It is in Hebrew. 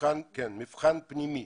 מבחן פנימי.